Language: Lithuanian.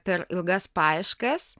per ilgas paieškas